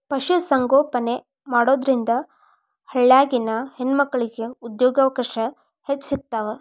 ಪಶು ಸಂಗೋಪನೆ ಮಾಡೋದ್ರಿಂದ ಹಳ್ಳ್ಯಾಗಿನ ಹೆಣ್ಣಮಕ್ಕಳಿಗೆ ಉದ್ಯೋಗಾವಕಾಶ ಹೆಚ್ಚ್ ಸಿಗ್ತಾವ